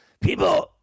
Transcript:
people –